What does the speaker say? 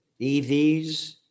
EVs